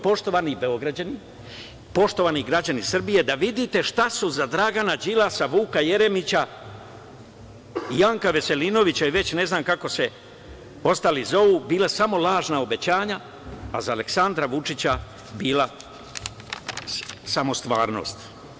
Poštovani Beograđani, poštovani građani Srbije, da vidite šta su za Dragana Đilasa, Vuka Jeremića, Janka Veselinovića, i već ne znam kako se ostali zovu, bila samo lažna obećanja, a za Aleksandra Vučića bila samo stvarnost.